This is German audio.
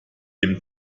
dem